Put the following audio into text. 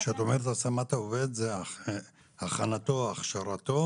כשאת אומרת השמת העובד זה הכנתו הכשרתו,